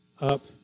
up